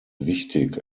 wichtig